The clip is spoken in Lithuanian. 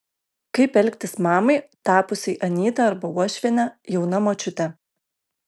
kaip elgtis mamai tapusiai anyta arba uošviene jauna močiute